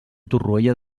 torroella